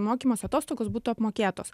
mokymosi atostogos būtų apmokėtos